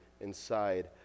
inside